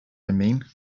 mean